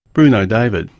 bruno david.